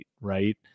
right